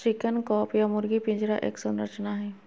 chicken coop या मुर्गी पिंजरा एक संरचना हई,